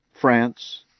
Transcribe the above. France